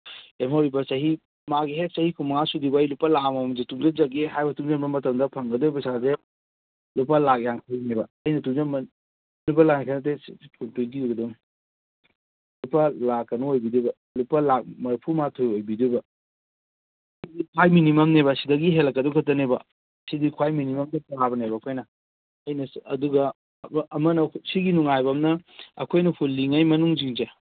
ꯂꯦꯝꯍꯧꯔꯤꯕ ꯆꯍꯤ ꯃꯥꯒꯤ ꯍꯦꯛ ꯆꯍꯤ ꯀꯨꯟꯃꯉꯥ ꯁꯨꯗ꯭ꯔꯤꯕ ꯐꯥꯎꯕ ꯑꯩ ꯂꯨꯄꯥ ꯂꯥꯈ ꯑꯃꯃꯝꯁꯤ ꯇꯨꯡꯖꯟꯖꯒꯦ ꯍꯥꯏꯕ ꯇꯨꯡꯖꯟꯕ ꯃꯇꯝ ꯐꯪꯒꯗꯣꯏꯕ ꯄꯩꯁꯥꯁꯦ ꯂꯨꯄꯥ ꯂꯥꯥꯈ ꯌꯥꯡꯈꯩꯅꯦꯕ ꯑꯩꯅ ꯂꯨꯄꯥ ꯂꯥꯥꯈ ꯌꯥꯡꯈꯩ ꯇ꯭ꯋꯦꯟꯇꯤ ꯑꯣꯏꯒꯗꯧꯅꯤ ꯂꯨꯄꯥ ꯂꯥꯈ ꯀꯩꯅꯣ ꯑꯣꯏꯕꯤꯒꯗꯣꯏꯕ ꯂꯨꯄꯥ ꯂꯥꯈ ꯃꯔꯤꯐꯨꯃꯥꯊꯣꯏ ꯑꯣꯏꯕꯤꯒꯗꯣꯏꯕ ꯈ꯭ꯋꯥꯏꯗꯒꯤ ꯃꯤꯅꯤꯃꯝꯅꯦꯕ ꯁꯤꯗꯒꯤ ꯍꯦꯜꯂꯛꯀꯗꯧꯕ ꯈꯛꯇꯅꯦꯕ ꯁꯤꯗꯤ ꯈ꯭ꯋꯥꯏꯗꯒꯤ ꯃꯤꯅꯤꯃꯝ ꯑꯩꯈꯣꯏꯅ ꯑꯩꯅ ꯑꯗꯨꯒ ꯑꯃꯅ ꯁꯤꯒꯤ ꯅꯨꯡꯉꯥꯏꯕ ꯑꯃꯅ ꯑꯩꯈꯣꯏꯅ ꯍꯨꯜꯂꯤꯉꯩ ꯃꯅꯨꯡꯁꯤꯡꯁꯦ